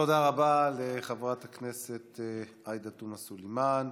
תודה רבה לחברת הכנסת עאידה תומא סלימאן.